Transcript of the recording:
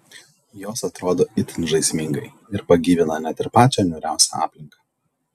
jos atrodo itin žaismingai ir pagyvina net ir pačią niūriausią aplinką